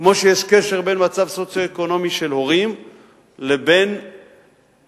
כמו שיש קשר בין מצב סוציו-אקונומי של ההורים לבין השכלת